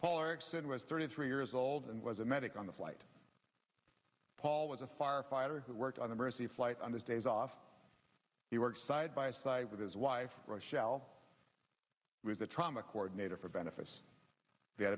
polar axis and was thirty three years old and was a medic on the flight as a firefighter who worked on the mercy flight on those days off he worked side by side with his wife rochelle with the trauma coordinator for benefits they had